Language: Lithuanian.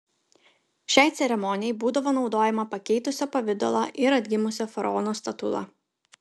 šiai ceremonijai būdavo naudojama pakeitusio pavidalą ir atgimusio faraono statula